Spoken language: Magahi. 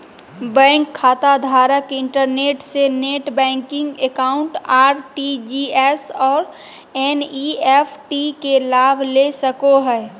बैंक खाताधारक इंटरनेट से नेट बैंकिंग अकाउंट, आर.टी.जी.एस और एन.इ.एफ.टी के लाभ ले सको हइ